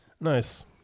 Nice